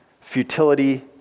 futility